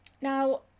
Now